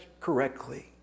correctly